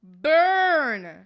Burn